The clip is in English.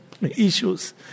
Issues